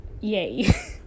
yay